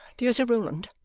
dear sir rowland,